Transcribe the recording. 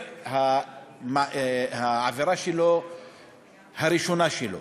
העבירה הראשונה שלו,